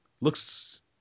looks